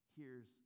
hears